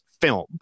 film